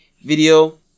video